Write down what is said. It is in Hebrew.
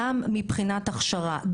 גם מבחינת הכשרה,